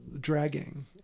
dragging